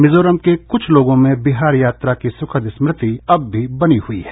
मिजोरम के कुछ लोगों को बिहार यात्रा की सुखद स्मृति अब भी याद है